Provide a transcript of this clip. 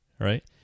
right